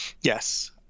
Yes